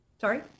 Sorry